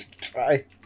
Try